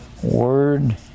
word